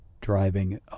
driving